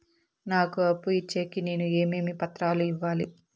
నాకు అప్పు ఇచ్చేకి నేను ఏమేమి పత్రాలు ఇవ్వాలి